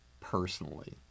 personally